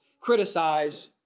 Criticize